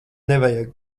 nevajag